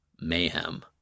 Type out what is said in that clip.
mayhem